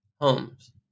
homes